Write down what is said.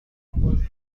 ببخشید